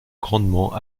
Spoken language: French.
grandement